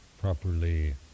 properly